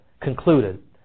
concluded